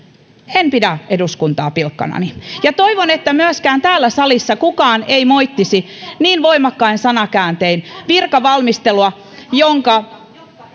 en pidä eduskuntaa pilkkanani ja toivon että myöskään täällä salissa kukaan ei moittisi niin voimakkain sanakääntein virkavalmistelua jonka